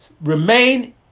remain